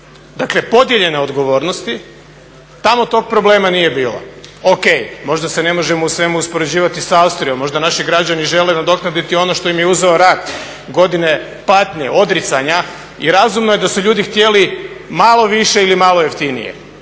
dakle podijeljene odgovornosti. Tamo tog problema nije bilo. Ok, možda se ne možemo u svemu uspoređivati sa Austrijom, možda naši građani žele nadoknaditi ono što im je uzeo rat, godine patnje, odricanja i razumno je da su ljudi htjeli malo više ili malo jeftinije.